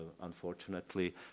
unfortunately